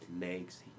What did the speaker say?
legs